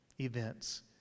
events